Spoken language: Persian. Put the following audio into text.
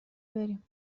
بریم